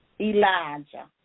Elijah